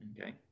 Okay